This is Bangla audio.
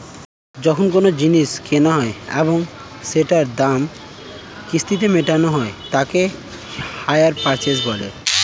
যখন কোনো জিনিস কেনা হয় এবং সেটার দাম কিস্তিতে মেটানো হয় তাকে হাইয়ার পারচেস বলে